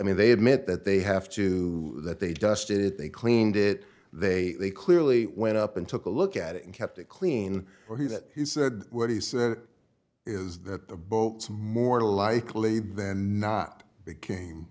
mean they admit that they have to that they dusted it they cleaned it they clearly went up and took a look at it and kept it clean for he that he said what he said is that the boat is more likely than not became